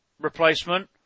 replacement